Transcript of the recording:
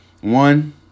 One